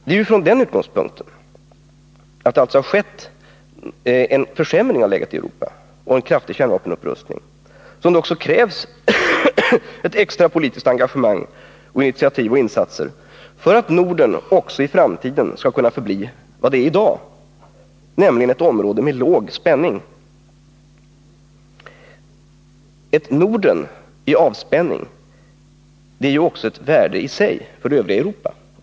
Det är från den utgångspunkten, dvs. utifrån att det har skett en försämring av läget i Europa och en kraftig kärnvapenupprustning, som det krävs ett extra politiskt engagemang, initiativ och insatser för att Norden även i framtiden skall förbli vad det är i dag, nämligen ett område med låg spänning. Ett Norden i avspänning är i sig av värde för det övriga Europa.